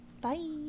bye